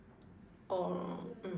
or mm